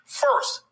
first